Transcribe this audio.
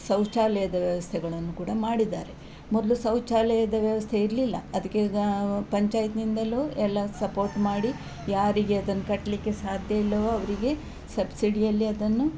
ಶೌಚಾಲಯದ ವ್ಯವಸ್ಥೆಗಳನ್ನು ಕೂಡ ಮಾಡಿದ್ದಾರೆ ಮೊದಲು ಶೌಚಾಲಯದ ವ್ಯವಸ್ಥೆ ಇರಲಿಲ್ಲ ಅದಕ್ಕೀಗ ಪಂಚಾಯತಿನಿಂದಲೂ ಎಲ್ಲ ಸಪೋರ್ಟ್ ಮಾಡಿ ಯಾರಿಗೆ ಅದನ್ನು ಕಟ್ಟಲಿಕ್ಕೆ ಸಾಧ್ಯ ಇಲ್ಲವೋ ಅವರಿಗೆ ಸಬ್ಸಿಡಿಯಲ್ಲಿ ಅದನ್ನು